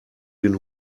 den